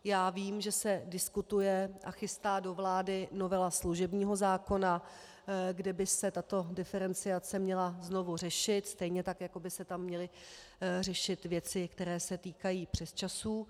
Já vím, že se diskutuje a chystá do vlády novela služebního zákona, kde by se tato diferenciace měla znovu řešit, stejně tak jako by se tam měly řešit věci, které se týkají přesčasů.